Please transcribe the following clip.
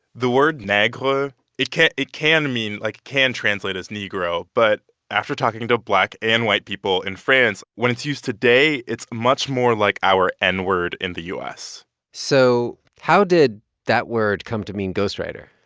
the word negre it can it can mean like, can translate as negro. but after talking to black and white people in france, when it's used today, it's much more like our n-word in the u s so how did that word come to mean ghostwriter?